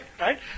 right